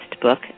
book